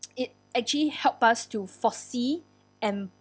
it actually help us to foresee and